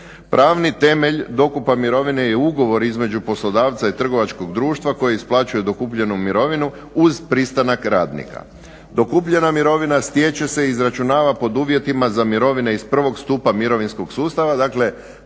Pravni temelj dokupa mirovine je ugovor između poslodavca i trgovačkog društva koje isplaćuje dokupljenu mirovinu uz pristanak radnika. Dokupljena mirovina stječe se i izračunava pod uvjetima za mirovine iz prvog stupa mirovinskog sustava, dakle